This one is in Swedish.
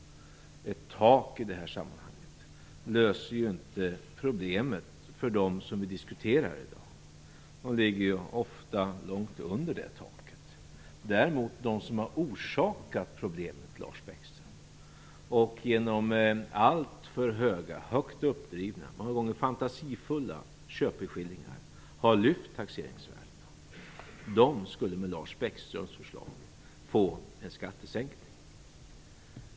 Ett tak i det här sammanhanget löser inte problemet för dem som vi i dag diskuterar. De ligger ofta långt under det taket. Däremot skulle de som har orsakat problemet, Lars Bäckström, och som genom alltför höga och högt uppdrivna - många gånger fantasifulla - köpeskillingar lyft taxeringsvärdena med Lars Bäckströms förslag få en skattesänkning.